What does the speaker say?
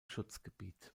schutzgebiet